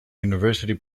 university